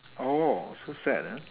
oh so sad ah